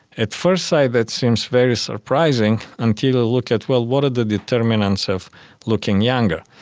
at first sight that seems very surprising, until you look at, well, what are the determinants of looking younger?